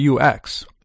UX